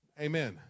Amen